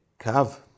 Cav